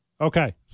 Okay